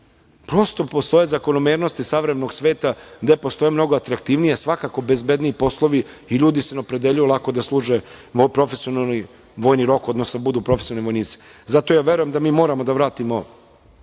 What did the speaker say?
Prosto, postoje zakonomernosti savremenog sveta gde postoje mnogo atraktivniji i svakako bezbedniji poslovi i ljudi se ne opredeljuju lako da služe profesionalni vojni rok, odnosno da budu profesionalni vojnici. Zato ja verujem da mi moramo da vratimo